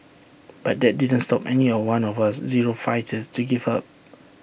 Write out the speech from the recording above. but that didn't stop any of one of us zero fighters to give up